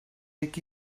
iki